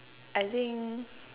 I think